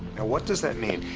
what does that mean?